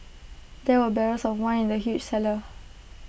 there were barrels of wine in the huge cellar